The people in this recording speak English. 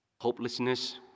hopelessness